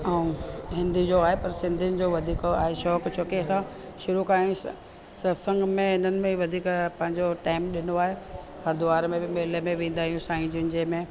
ऐं हिंदी जो आहे पर सिंधियुनि जो वधीक आहे शौक़ु छोकी असां शुरू खां ई सतसंग में इन्हनि में वधीक पंहिंजो टाइम ॾिनो आहे हरिद्वार में बि मेले में वेंदा आहियूं साईं जन जंहिंमें